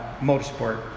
motorsport